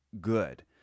good